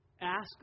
Ask